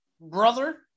brother